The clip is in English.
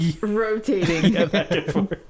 rotating